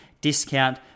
discount